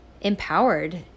empowered